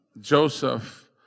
Joseph